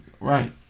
Right